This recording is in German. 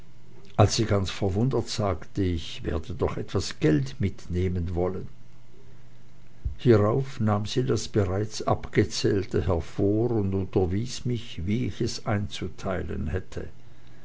als sie ganz verwundert sagte ich werde doch etwas geld mitnehmen wollen hierauf nahm sie das bereits abgezählte hervor und unterwies mich wie ich es einzuteilen hätte